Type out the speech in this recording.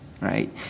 right